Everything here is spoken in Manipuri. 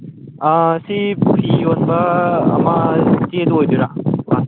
ꯁꯤ ꯐꯤ ꯌꯣꯟꯕ ꯑꯃ ꯏꯆꯦꯗꯣ ꯑꯣꯏꯗꯣꯏꯔꯥ